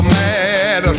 mad